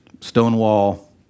stonewall